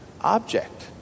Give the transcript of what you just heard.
object